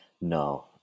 No